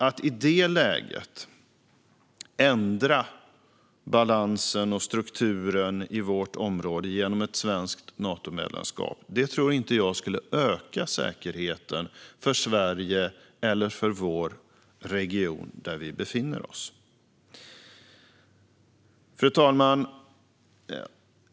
Att i det läget ändra balansen och strukturen i vårt område genom ett svenskt Natomedlemskap tror jag inte skulle öka säkerheten för Sverige eller för vår region där vi befinner oss. Fru talman!